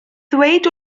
ddweud